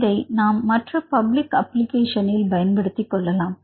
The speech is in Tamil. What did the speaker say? இதை நாம் மற்ற பப்ளிக் அப்ளிகேஷன் பயன்படுத்திக் கொள்ளலாம்